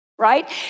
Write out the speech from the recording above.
right